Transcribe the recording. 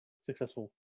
successful